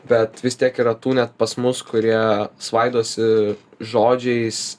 bet vis tiek yra tų net pas mus kurie svaidosi žodžiais